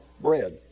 bread